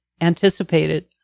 anticipated